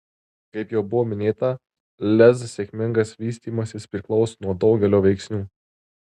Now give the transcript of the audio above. kaip jau buvo minėta lez sėkmingas vystymasis priklauso nuo daugelio veiksnių